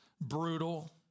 brutal